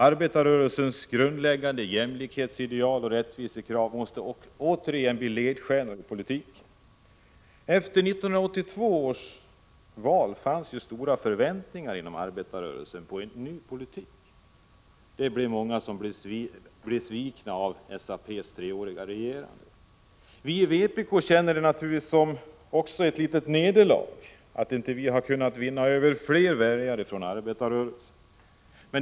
Arbetarrörelsens grundläggande jämlikhetsideal och rättvisekrav måste åter bli ledstjärnor i politiken. Efter 1982 års val fanns stora förväntningar inom arbetarrörelsen på en ny politik. Många blev besvikna. Vi i vpk känner det naturligtvis också som ett litet nederlag att vi inte kunde vinna över fler väljare från arbetarrörelsen.